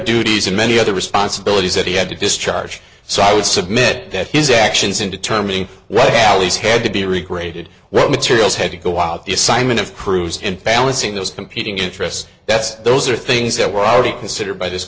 duties and many other responsibilities that he had to discharge so i would submit that his actions in determining what galleys had to be recreated what materials had to go out the assignment of crews in families in those competing interests that's those are things that were already considered by this